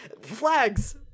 Flags